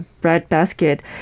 breadbasket